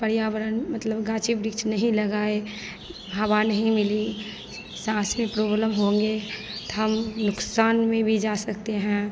पर्यावरण मतलब गाची वृक्ष नहीं लगाए हवा नहीं मिली साँसे प्रोब्लम होंगे हम नुकसान में भी जा सकते हैं